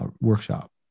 workshop